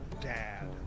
Dad